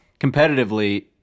competitively